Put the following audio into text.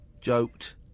joked